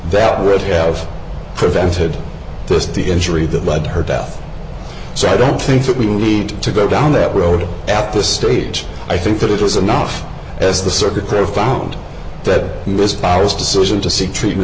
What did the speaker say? that will have prevented this the injury that led to her death so i don't think that we need to go down that road after the stage i think that it was enough as the circuit profound that miss paris decision to seek treatment